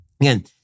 again